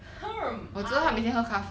um I